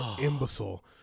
imbecile